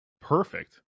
perfect